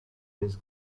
this